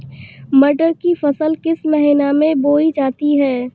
मटर की फसल किस महीने में बोई जाती है?